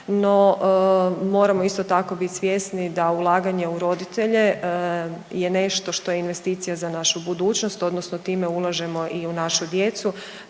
no, moramo isto tako bit svjesni da ulaganje u roditelje je nešto što je investicija za našu budućnost, odnosno time ulažemo i u našu djecu,